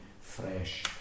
fresh